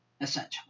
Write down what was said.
essentially